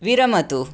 विरमतु